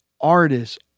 artists